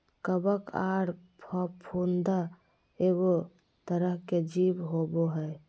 कवक आर फफूंद एगो तरह के जीव होबय हइ